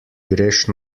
greš